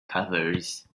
covers